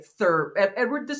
Edward